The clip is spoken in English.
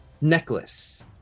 necklace